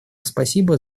спасибо